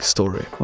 Story